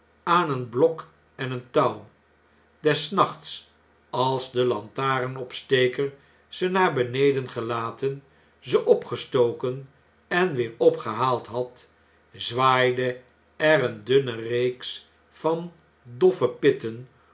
aan een blok en een touw des nachts als de lantarenopsteker ze naar beneden gelaten ze opgestoken en weer opgehaald had zwaaide er eene dunne reeks van doffe pitten